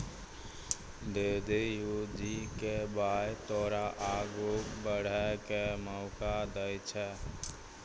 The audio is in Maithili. डी.डी.यू जी.के.वाए तोरा आगू बढ़ै के मौका दै छै